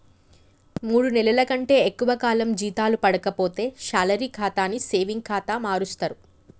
మూడు నెలల కంటే ఎక్కువ కాలం జీతాలు పడక పోతే శాలరీ ఖాతాని సేవింగ్ ఖాతా మారుస్తరు